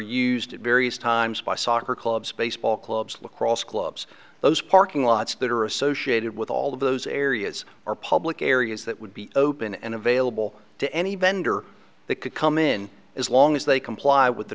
used in various times by soccer clubs baseball clubs lacrosse clubs those parking lots that are associated with all of those areas are public areas that would be open and available to any vendor that could come in as long as they comply with the